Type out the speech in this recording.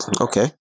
Okay